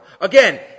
Again